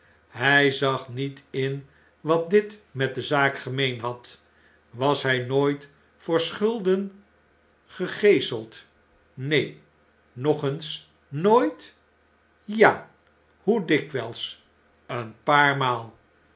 hfl zag niet in wat dit met de zaak gemeen had was hjj nooit voor schulden gegeeseld neen nog eens nooit ja hoe dikwijls een paar maal